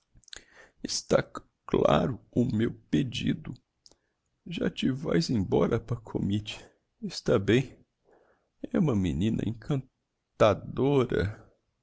claro o meu pedido já te vaes embora pakhomitch está bem é uma menina